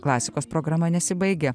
klasikos programa nesibaigia